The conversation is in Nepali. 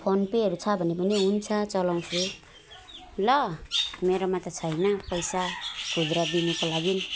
फोनपेहरू छ भने हुन्छ चलाउँछु ल मेरोमा त छैन पैसा खुद्रा दिनुको लागि